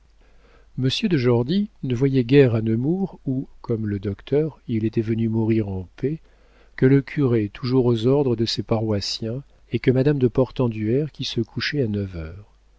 de jordy ne voyait guère à nemours où comme le docteur il était venu mourir en paix que le curé toujours aux ordres de ses paroissiens et que madame de portenduère qui se couchait à neuf heures